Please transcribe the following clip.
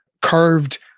carved